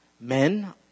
Men